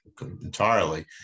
entirely